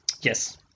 Yes